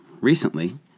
Recently